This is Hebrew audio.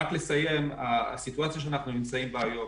רק לסיים, הסיטואציה שבה אנחנו נמצאים היום